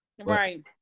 Right